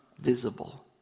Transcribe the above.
visible